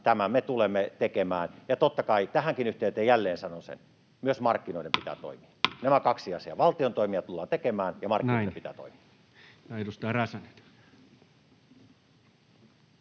Tämän me tulemme tekemään, ja totta kai tähänkin yhteyteen jälleen sanon sen: myös markkinoiden pitää toimia. Nämä kaksi asiaa: valtion toimia tullaan tekemään, ja markkinoiden pitää toimia.